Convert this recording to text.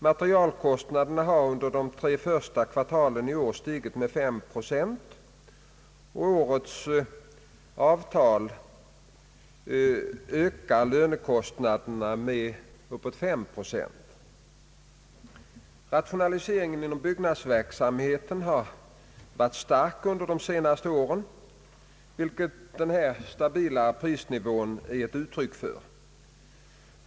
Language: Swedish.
Materialkostnaderna har under de tre första kvartalen i år stigit med 5 procent, och årets avtal ökar lönekostnaderna med uppåt 5 procent. verksamheten har varit stark under de senaste åren vilket den stabila kostnadsnivån är ett uttryck för.